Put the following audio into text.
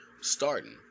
starting